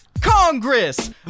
Congress